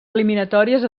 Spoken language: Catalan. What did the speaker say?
eliminatòries